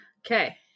Okay